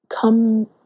come